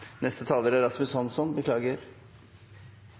neste taler er representanten Rasmus Hansson.